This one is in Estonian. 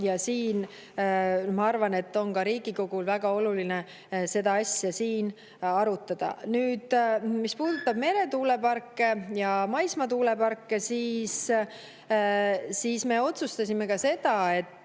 ja ma arvan, ka Riigikogul on väga oluline seda asja siin arutada. Nüüd, mis puudutab meretuuleparke ja maismaatuuleparke, siis me otsustasime ka seda, et